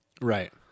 right